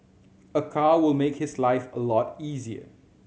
a car will make his life a lot easier